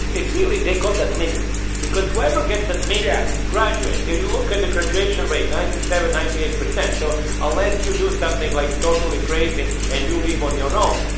it's really they got admitted because whoever gets that made out, yeah graduates, you look at the graduation rate, ninety seven, ninety eight percent. so unless you do something like totally crazy. and you leave on your own.